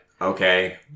okay